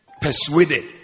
persuaded